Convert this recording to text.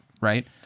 right